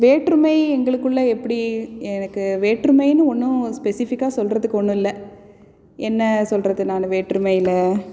வேற்றுமை எங்களுக்குள்ளே எப்படி எனக்கு வேற்றுமைனு ஒன்றும் ஸ்பெஸிஃபிக்கா சொல்றதுக்கு ஒன்றும் இல்லை என்ன சொல்றது நான் வேற்றுமையில்